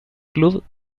club